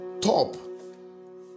Top